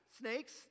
snakes